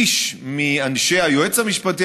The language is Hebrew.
איש מאנשי היועץ המשפטי,